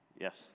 Yes